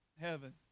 heaven